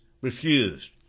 refused